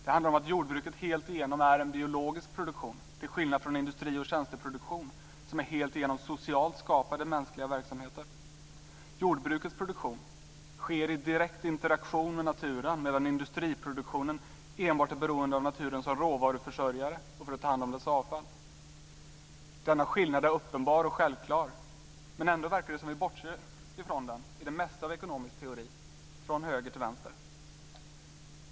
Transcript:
Det handlar om att jordbruket helt igenom är en biologisk produktion, till skillnad från industri och tjänsteproduktion som är helt igenom socialt skapade mänskliga verksamheter. Jordbrukets produktion sker i direkt interaktion med naturen, medan industriproduktionen enbart är beroende av naturen som råvaruförsörjare och för att ta hand om dess avfall. Denna skillnad är uppenbar och självklar, men ändå verkar det som att vi bortser ifrån den i det mesta av ekonomisk teori, från höger till vänster.